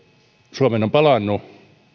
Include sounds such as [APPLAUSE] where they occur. suomeen on palannut [UNINTELLIGIBLE]